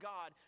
God